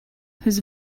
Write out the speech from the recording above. whose